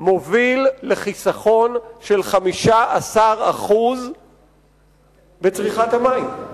מוביל לחיסכון של 15% בצריכת המים.